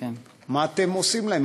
מה אתם עושים להם,